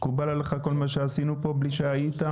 מקובל עליך כל מה שעשינו פה בלי שהיית?